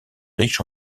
riche